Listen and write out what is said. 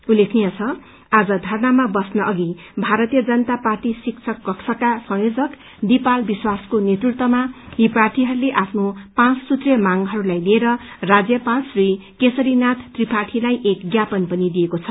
उल्लेखनीय छ आज धरनामा बस्न अघि भारतीय जनता पार्टी शिक्षक कक्षका संयोजक दीपाल विश्वासको नेतृत्वमा यी प्रार्थीहरूले आफ्नो पाँच सूत्रीय मागहरूलाई लिएर राज्यपाल श्री केशरी नाथ त्रिपाठीलाई एक ज्ञापन पनि दिएको छ